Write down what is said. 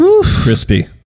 Crispy